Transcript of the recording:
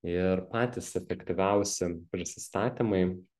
ir patys efektyviausi prisistatymai